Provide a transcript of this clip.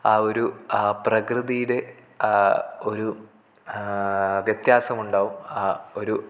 ആ ഒരു ആ പ്രകൃതിയുടെ ഒരു വ്യത്യാസമുണ്ടാകും ആ ഒരു